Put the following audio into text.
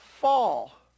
fall